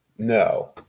No